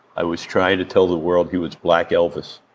i was trying to tell the world he was black elvis.